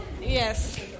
Yes